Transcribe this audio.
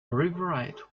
rewrite